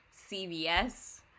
CVS